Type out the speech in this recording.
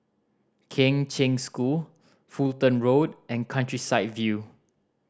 Kheng Cheng School Fulton Road and Countryside View